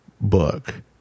book